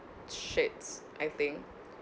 shirts I think